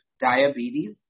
diabetes